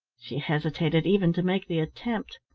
she hesitated even to make the attempt